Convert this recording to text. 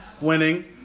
winning